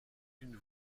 une